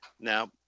Now